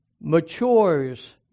matures